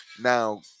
Now